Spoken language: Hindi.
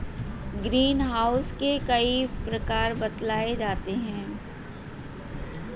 ग्रीन हाउस के कई प्रकार बतलाए जाते हैं